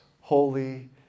Holy